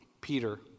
Peter